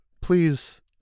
please